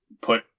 put